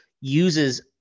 uses